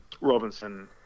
Robinson